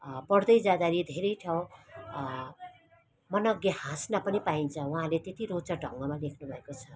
पढ्दै जाँदाखेरि धेरै ठाउँ मनग्गे हाँस्न पनि पाइन्छ उहाँले त्यति रोचक ढङ्गमा लेख्नुभएको छ